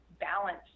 balance